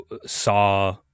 saw